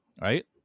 right